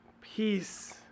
peace